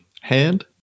Hand